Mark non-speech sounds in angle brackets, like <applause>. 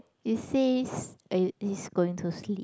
it says <noise> it's going to sleep